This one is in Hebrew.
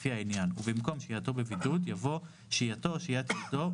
לפי העניין" ובמקום "שהייתו בבידוד" יבוא "שהייתו או שהיית ילדו,